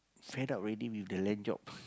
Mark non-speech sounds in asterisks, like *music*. fed up already with the land job *breath*